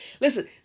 Listen